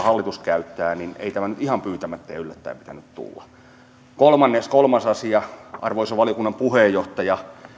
hallitus käyttää niin ei tämän nyt ihan pyytämättä ja yllättäen pitänyt tulla kolmas asia arvoisa valiokunnan puheenjohtaja